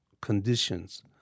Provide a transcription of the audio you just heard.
conditions